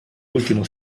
ultimo